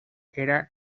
era